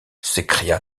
s’écria